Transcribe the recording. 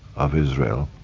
of israel